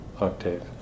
octave